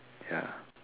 ya